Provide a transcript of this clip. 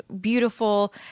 beautiful